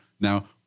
now